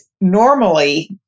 normally